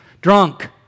drunk